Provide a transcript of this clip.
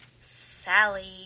Sally